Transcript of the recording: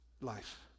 life